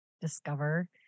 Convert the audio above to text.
discover